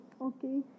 okay